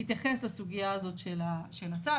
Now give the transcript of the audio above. התייחס לסוגייה הזאת של הצו,